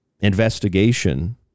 investigation